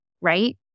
Right